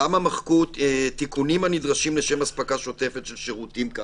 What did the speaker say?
למה מחקו את המילים: תיקונים הנדרשים לשם אספקה שוטפת של שירותים כאמור?